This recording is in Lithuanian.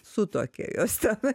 sutuokė juos tenai